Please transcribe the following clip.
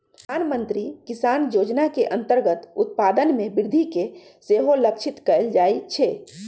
प्रधानमंत्री किसान जोजना के अंतर्गत उत्पादन में वृद्धि के सेहो लक्षित कएल जाइ छै